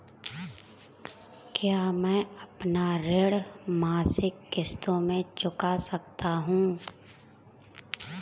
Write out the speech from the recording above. क्या मैं अपना ऋण मासिक किश्तों में चुका सकता हूँ?